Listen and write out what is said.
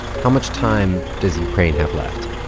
how much time does ukraine have left?